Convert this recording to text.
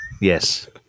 Yes